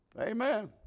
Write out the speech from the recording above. Amen